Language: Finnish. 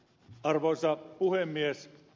arvoisa puhemies